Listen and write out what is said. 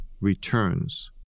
returns